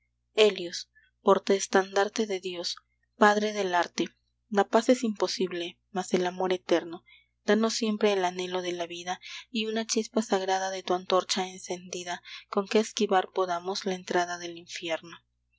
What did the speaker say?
helios portaestandarte de dios padre del arte la paz es imposible mas el amor eterno danos siempre el anhelo de la vida y una chispa sagrada de tu antorcha encendida con que esquivar podamos la entrada del infierno